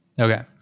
Okay